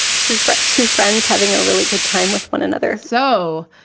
two friends two friends having a really good time with one another. so,